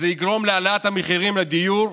זה יגרום להעלאת המחירים בדיור,